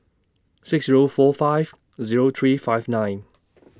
six Zero four five Zero three five nine